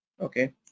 okay